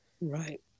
Right